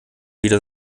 wieder